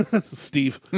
Steve